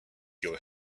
your